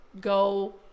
go